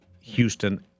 Houston